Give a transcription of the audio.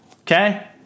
okay